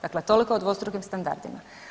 Dakle, toliko o dvostrukim standardima.